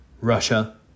Russia